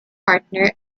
partner